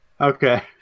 Okay